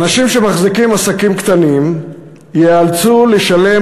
אנשים שמחזיקים עסקים קטנים ייאלצו לשלם